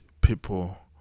people